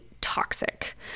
toxic